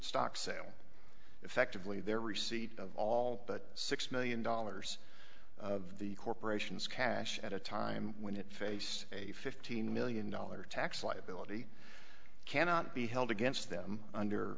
stock sale effectively their receipt of all but six million dollars of the corporation's cash at a time when it face a fifteen million dollar tax liability cannot be held against them under